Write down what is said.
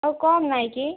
ଆଉ କମ୍ ନାଇଁ କି